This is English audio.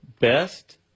best